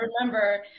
remember